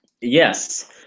Yes